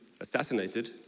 assassinated